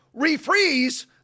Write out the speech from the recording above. refreeze